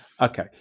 Okay